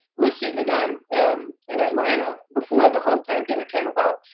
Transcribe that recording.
we're sitting down in atlanta before the whole pandemic came about,